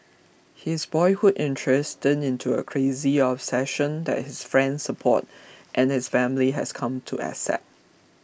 his boyhood interest turned into a crazy obsession that his friends support and his family has come to accept